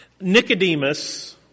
Nicodemus